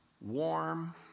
warm